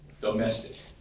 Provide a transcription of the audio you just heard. domestic